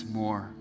more